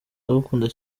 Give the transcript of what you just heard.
ndagukunda